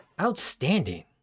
Outstanding